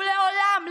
ולעולם,